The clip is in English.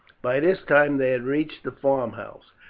by this time they had reached the farmhouse,